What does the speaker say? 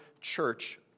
church